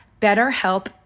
betterhelp